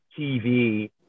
TV